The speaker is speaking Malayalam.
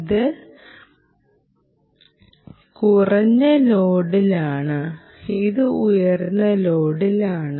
ഇത് കുറഞ്ഞ ലോഡിലാണ് ഇത് ഉയർന്ന ലോഡിലാണ്